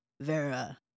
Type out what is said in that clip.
Vera